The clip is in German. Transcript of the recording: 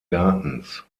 gartens